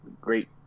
Great